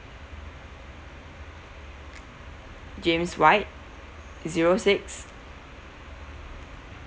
james white zero six